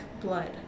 blood